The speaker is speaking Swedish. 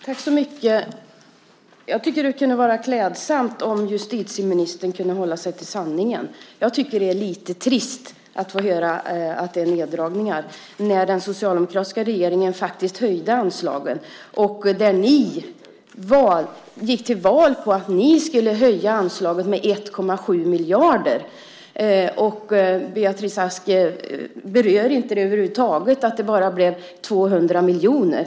Herr talman! Jag tycker att det kunde vara klädsamt om justitieministern kunde hålla sig till sanningen. Jag tycker att det är lite trist att få höra att det är neddragningar när den socialdemokratiska regeringen faktiskt höjde anslagen. Ni gick till val på att höja anslaget med 1,7 miljarder. Beatrice Ask berör över huvud taget inte att det bara blev 200 miljoner.